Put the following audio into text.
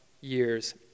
years